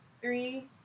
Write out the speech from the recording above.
three